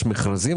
יש מכרזים,